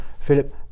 Philip